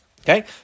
Okay